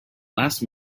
last